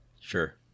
Sure